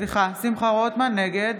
נגד